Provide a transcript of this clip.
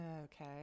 Okay